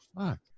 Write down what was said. fuck